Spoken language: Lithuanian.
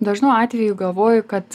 dažnu atveju galvoju kad